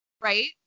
Right